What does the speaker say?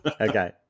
okay